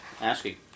Asking